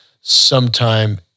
sometime